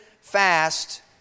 fast